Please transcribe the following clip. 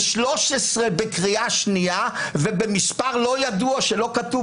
ב-13 בקריאה שנייה ובמספר לא ידוע שלא כתוב